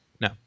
No